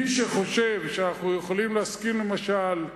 מי שחושב שאנחנו יכולים להסכים, למשל,